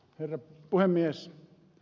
herra puhemies